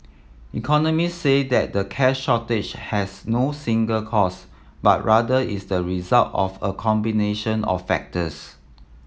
economists say that the cash shortage has no single cause but rather is the result of a combination of factors